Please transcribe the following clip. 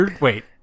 Wait